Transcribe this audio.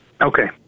Okay